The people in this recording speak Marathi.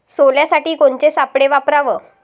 सोल्यासाठी कोनचे सापळे वापराव?